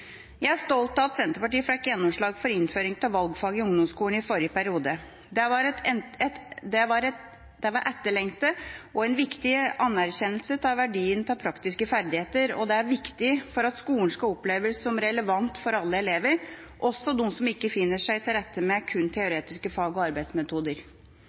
Jeg er stolt av at Senterpartiet fikk gjennomslag for innføring av valgfag i ungdomsskolen i forrige periode. Det var etterlengtet og en viktig anerkjennelse av verdien av praktiske ferdigheter, og det er viktig for at skolen skal oppleves som relevant for alle elever – også de som ikke finner seg til rette med kun teoretiske fag og arbeidsmetoder.